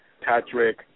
Patrick